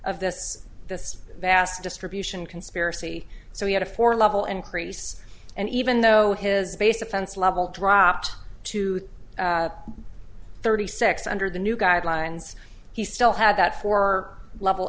of this this vast distribution conspiracy so he had a four level increase and even though his base offense level dropped to thirty six under the new guidelines he still had that four level